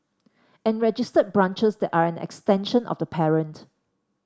and registered branches that are an extension of the parent